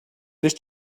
this